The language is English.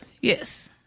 Yes